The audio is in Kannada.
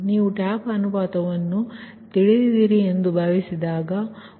ನೀವು ಟ್ಯಾಪ್ ಅನುಪಾತವನ್ನು ಹೊಂದಿದ್ದೀರಿ ಎಂದು ಭಾವಿಸೋಣ